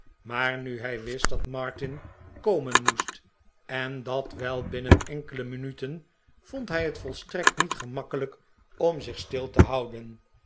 maar nu hij wist dat martin komen moest en dat wel binnen enkele minuten vond hij het volstrekt niet gemakkelijk om zich stil te houden